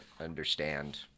understand